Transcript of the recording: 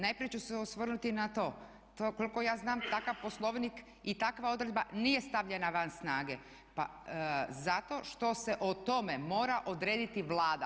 Najprije ću se osvrnuti i na to da, to je koliko ja znam takav Poslovnik i takva odredba nije stavljena van snage pa zato što se o tome mora odrediti Vlada.